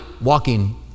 walking